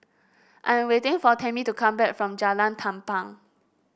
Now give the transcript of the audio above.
I am waiting for Tamie to come back from Jalan Tampang